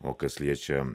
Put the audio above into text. o kas liečia